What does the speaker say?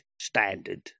standard